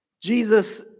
Jesus